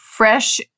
Fresh